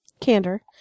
Candor